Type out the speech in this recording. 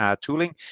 tooling